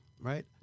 right